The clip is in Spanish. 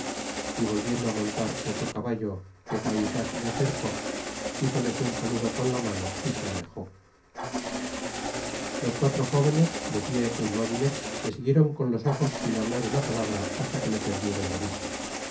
y volviendo á montar en su caballo que cahusac leiacercó hizoles un saludo con la mano y se alejó m i los cuatro jóvenes de pié é inmóviles le siguieron con los ojos sin hablar una palabra hasta que le perdieron de vista